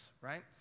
right